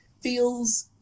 feels